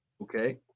Okay